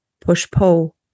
push-pull